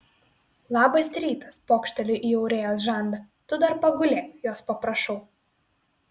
labas rytas pokšteliu į aurėjos žandą tu dar pagulėk jos paprašau